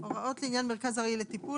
הוראות לעניין מרכז ארעי לטיפול.